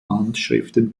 handschriften